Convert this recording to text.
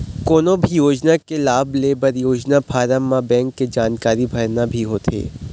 कोनो भी योजना के लाभ लेबर योजना फारम म बेंक के जानकारी भरना भी होथे